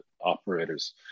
operators